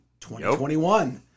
2021